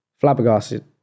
flabbergasted